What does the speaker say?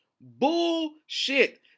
bullshit